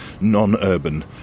non-urban